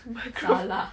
microphone